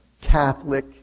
Catholic